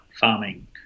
farming